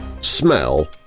smell